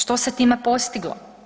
Što se time postiglo?